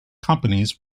companies